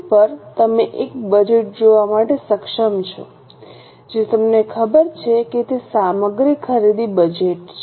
screen પર તમે એક બજેટ જોવા માટે સક્ષમ છો જે મને ખબર છે કે તે સામગ્રી ખરીદ બજેટ છે